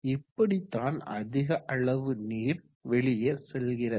இப்படிதான் அதிக அளவு நீர் வெளியே செல்கிறது